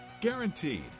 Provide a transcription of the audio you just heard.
Guaranteed